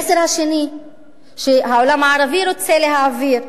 המסר השני שהעולם הערבי רוצה להעביר,